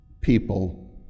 people